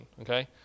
okay